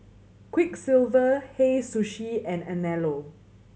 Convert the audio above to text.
Quiksilver Hei Sushi and Anello